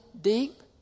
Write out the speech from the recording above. deep